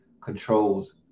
controls